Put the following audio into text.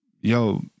yo